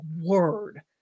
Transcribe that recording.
word